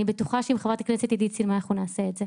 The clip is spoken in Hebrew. אני בטוחה שעם חברת הכנסת עידית סילמן אנחנו נעשה את זה.